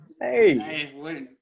Hey